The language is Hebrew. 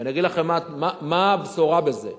ואני אגיד לכם מה הבשורה בזה,